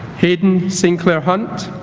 hayden sinclair hunt